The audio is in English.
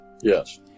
Yes